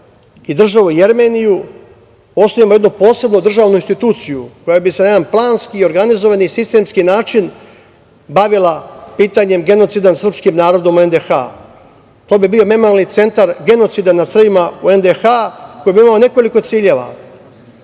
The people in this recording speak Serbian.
i državu Jermeniju osnujemo jednu posebnu državnu instituciju koja bi se na jedan planski, organizovani sistemski način bavila pitanjem genocida nad srpskim narodom u NDH. To bi bio memorijalni centar genocida nad Srbima u NDH koji bi imao nekoliko ciljeva. Prvi